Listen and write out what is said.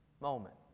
moment